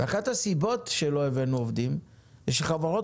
אחת הסיבות שלא הבאנו עובדים היא שחברות